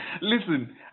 Listen